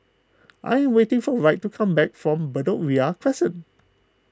I waiting for Wright to come back from Bedok Ria Crescent